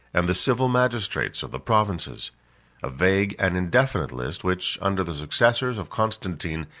and the civil magistrates of the provinces a vague and indefinite list, which, under the successors of constantine,